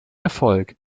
erfolg